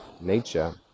nature